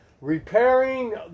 repairing